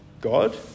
God